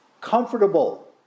comfortable